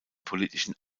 politischen